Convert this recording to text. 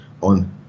on